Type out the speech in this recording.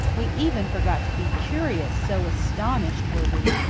we even forgot to be curious, so astonished were we.